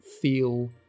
feel